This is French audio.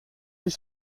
six